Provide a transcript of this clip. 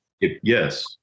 Yes